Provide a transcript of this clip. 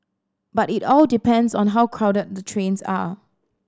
but it all depends on how crowded the trains are